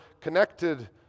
connected